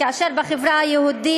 כאשר בחברה היהודית,